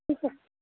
teacher